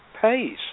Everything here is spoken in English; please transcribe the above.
pays